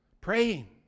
Praying